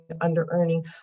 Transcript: Under-Earning